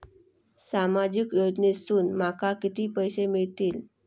सामाजिक योजनेसून माका किती पैशे मिळतीत?